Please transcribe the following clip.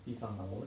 地方 ah 我们